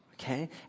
okay